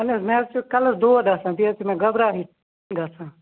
اہن حَظ مےٚ حَظ چھُ کَلَس دود آسان بیٚیہِ حَظ چھِ مےٚ گبراہی گژھان